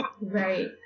Right